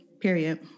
Period